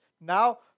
now